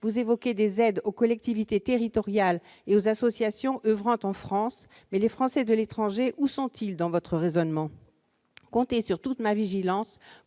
vous évoquez des aides aux collectivités territoriales et aux associations oeuvrant en France ... Mais, les Français de l'étranger, où sont-ils dans votre raisonnement ? Comptez sur toute ma vigilance